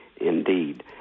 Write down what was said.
indeed